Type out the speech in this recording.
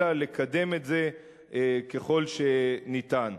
אלא לקדם את זה ככל שניתן.